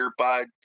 earbuds